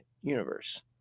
universe